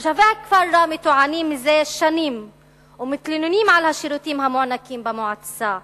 תושבי הכפר ראמה טוענים זה שנים ומתלוננים על השירותים המוענקים במועצה.